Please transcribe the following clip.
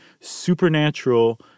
supernatural